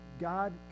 God